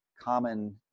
common